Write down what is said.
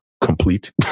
complete